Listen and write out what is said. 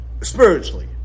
spiritually